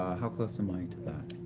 ah how close am i to that?